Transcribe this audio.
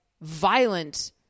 violent